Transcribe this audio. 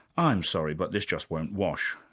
i'm sorry, but this just won't wash.